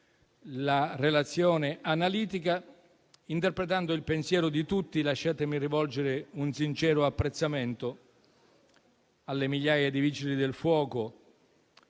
una relazione analitica - interpretando il pensiero di tutti, lasciatemi rivolgere un sincero apprezzamento alle migliaia di Vigili del fuoco